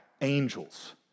angels